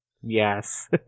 Yes